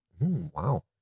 Wow